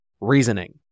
reasoning